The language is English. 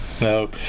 No